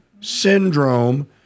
syndrome